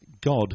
God